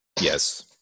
Yes